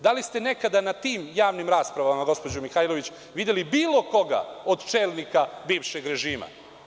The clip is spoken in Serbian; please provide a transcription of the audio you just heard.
Da li ste nekada na tim javnim raspravama, gospođo Mihajlović, videli bilo koga od čelnika bivšeg režima?